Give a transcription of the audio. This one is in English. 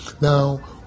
Now